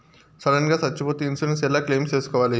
Sudden గా సచ్చిపోతే insurance ఎలా క్లెయిమ్ సేసుకోవాలి?